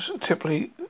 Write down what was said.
typically